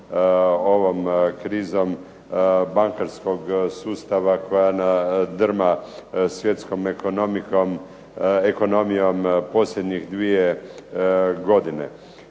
ovom krizom bankarskog sustava koja drma svjetskom ekonomijom posljednjih dvije godine.